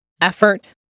Effort